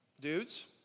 Dudes